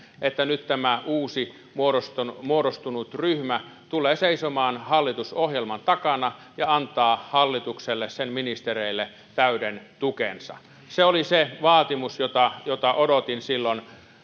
että nyt tämä uusi muodostunut muodostunut ryhmä tulee seisomaan hallitusohjelman takana ja antaa hallitukselle sen ministereille täyden tukensa se oli se vaatimus jota jota odotin silloin